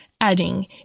adding